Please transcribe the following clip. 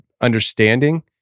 understanding